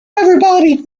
everybody